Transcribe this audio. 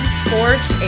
sports